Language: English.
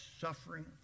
suffering